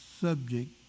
subject